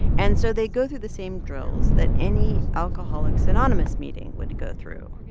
and so they go through the same drills that any alcoholics anonymous meeting would go through.